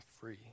free